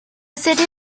city